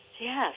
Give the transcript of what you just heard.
Yes